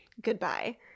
goodbye